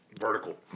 vertical